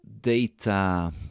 data